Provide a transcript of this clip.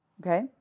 Okay